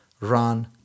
Run